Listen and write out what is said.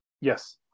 Yes